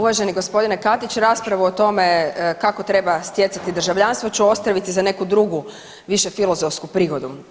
Uvaženi gospodine Katić, raspravu o tome kako treba stjecati državljanstvo ću ostaviti za neku drugu više filozofsku prigodu.